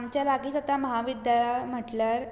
आमच्या लागीच आतां महाविद्या म्हटल्यार